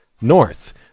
north